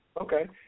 Okay